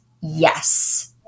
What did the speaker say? Yes